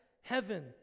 heaven